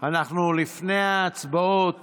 לפני ההצבעות